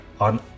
on